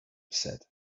said